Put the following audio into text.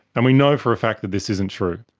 and we know for a fact that this isn't true.